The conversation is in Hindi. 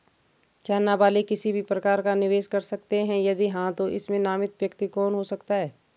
क्या नबालिग किसी भी प्रकार का निवेश कर सकते हैं यदि हाँ तो इसमें नामित व्यक्ति कौन हो सकता हैं?